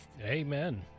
Amen